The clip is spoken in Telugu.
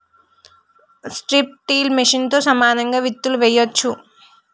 స్ట్రిప్ టిల్ మెషిన్తో సమానంగా విత్తులు వేయొచ్చు